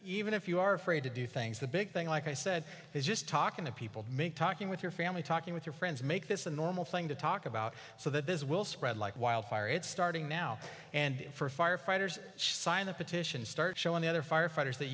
even if you are afraid to do things the big thing like i said is just talking to people make talking with your family talking with your friends make this a normal thing to talk about so that this will spread like wildfire it's starting now and for firefighters sign the petition start showing the other firefighters that